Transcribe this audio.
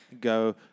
go